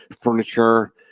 furniture